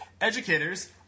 educators